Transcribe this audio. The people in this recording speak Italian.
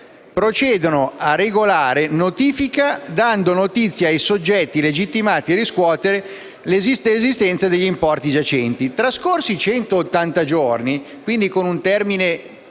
procedono a regolare notifica dando notizia ai soggetti legittimati a riscuotere dell’esistenza degli importi giacenti. Trascorsi centottanta giorni - quindi con un termine